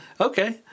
okay